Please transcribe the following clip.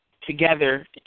together